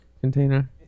container